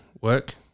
work